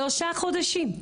שלושה חודשים אנחנו מדברים.